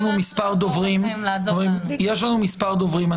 מספר דוברים.